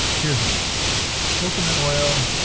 here's why coconut oil,